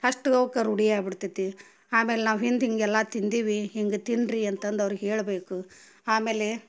ಅಷ್ಟು ಅವ್ಕೆ ರೂಢಿ ಆಗಿಬಿಡ್ತೈತಿ ಆಮೇಲೆ ನಾವು ಹಿಂದೆ ಹೀಗೆಲ್ಲ ತಿಂದೀವಿ ಹಿಂಗೆ ತಿನ್ನಿರಿ ಅಂತಂದು ಅವ್ರ್ಗೆ ಹೇಳಬೇಕು ಆಮೇಲೆ